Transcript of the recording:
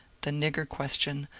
the nigger question,